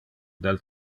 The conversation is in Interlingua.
del